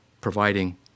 providing